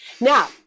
Now